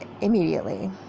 immediately